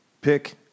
pick